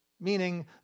meaning